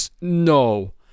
No